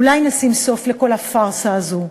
אולי נשים סוף לכל הפארסה הזו.